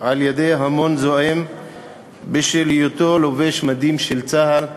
על-ידי המון זועם בשל היותו לובש מדים של צה"ל.